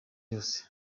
yose